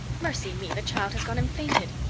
mercy me, the child has gone and fainted!